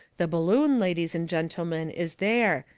the balloon, ladies and gentlemen, is there,